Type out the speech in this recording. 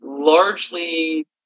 Largely